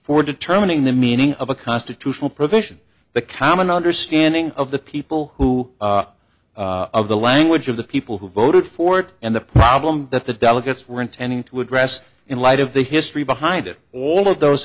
for determining the meaning of a constitutional provision the common understanding of the people who of the language of the people who voted for it and the problem that the delegates were intending to address in light of the history behind it all of those